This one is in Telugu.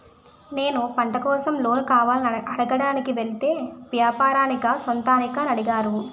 నేను పంట కోసం లోన్ కావాలని అడగడానికి వెలితే వ్యాపారానికా సొంతానికా అని అడిగారు